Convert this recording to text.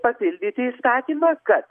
papildyti įstatymą kad